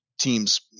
teams